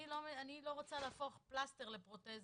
אני לא רוצה להפוך פלסטר לפרוטזה.